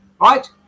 right